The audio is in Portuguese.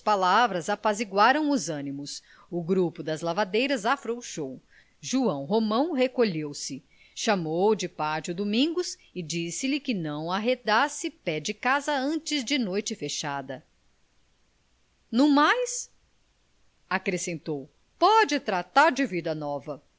palavras apaziguaram os ânimos o grupo das lavadeiras afrouxou joão romão recolheu-se chamou de parte o domingos e disse-lhe que não arredasse pé de casa antes de noite fechada no mais acrescentou pode tratar de vida nova